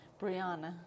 Brianna